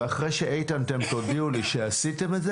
ואחרי שאיתן אתם תודיעו לי שעשיתם את זה